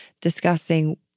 discussing